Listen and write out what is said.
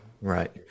Right